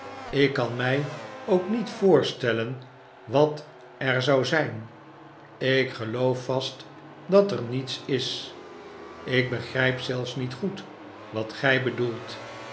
ik kan mij ook niet voorstellen wat er zou zijn ik geloof vast dat er niets is ik begfijp zelfs niet goed wat gij bedoelt